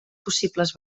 possibles